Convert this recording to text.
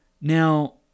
Now